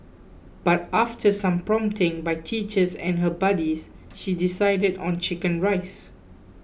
but after some prompting by teachers and her buddies she decided on Chicken Rice